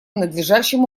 надлежащим